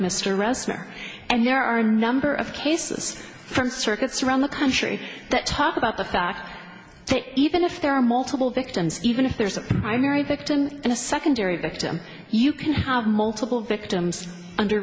reznor and there are a number of cases from circuits around the country that talk about the fact that even if there are multiple victims even if there's a primary victim and a secondary victim you can have multiple victims under